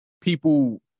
people